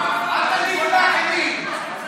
אל תטיפו לאחרים,